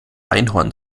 einhorn